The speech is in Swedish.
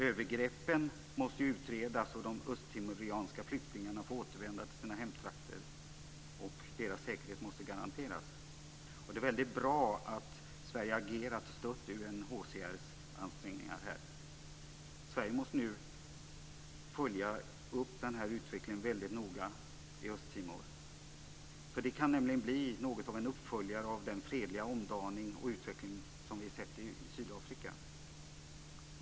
Övergreppen måste utredas och de östtimoreanska flyktingarna få återvända till sina hemtrakter. Deras säkerhet måste garanteras. Det är väldigt bra att Sverige har agerat och stött UNHCR:s ansträngningar här. Sverige måste nu följa upp utvecklingen i Östtimor väldigt noga. Det kan nämligen bli något av en uppföljare av den fredliga omdaning och utveckling som vi har sett i Sydafrika.